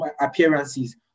appearances